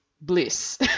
bliss